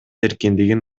эркиндигин